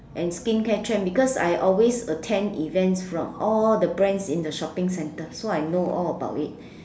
and skin care trend because I always attend events from all the brands in the shopping centre so I know all about it